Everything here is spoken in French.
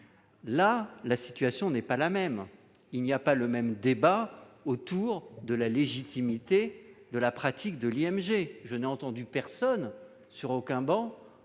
la situation est différente. Il n'y a pas le même débat autour de la légitimité de la pratique de l'IMG : je n'ai entendu personne, sur aucune